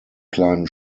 kleinen